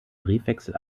briefwechsel